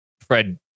Fred